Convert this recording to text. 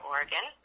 Oregon